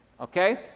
okay